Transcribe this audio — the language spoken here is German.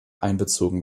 einbezogen